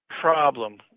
Problem